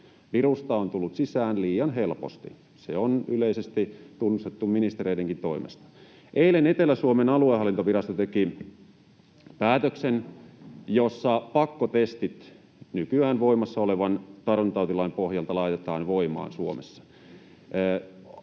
Virusta on tullut sisään liian helposti. Se on yleisesti tunnustettu ministereidenkin toimesta. Eilen Etelä-Suomen aluehallintovirasto teki päätöksen, jolla pakkotestit nykyään voimassa olevan tartuntatautilain pohjalta laitetaan voimaan Suomessa.